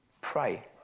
Pray